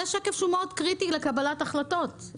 זה שקף שהוא מאוד קריטי לקבלת החלטות.